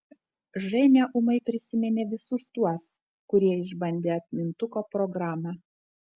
ženia ūmai prisiminė visus tuos kurie išbandė atmintuko programą